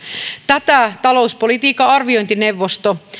tätä talouspolitiikan arviointineuvosto